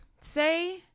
say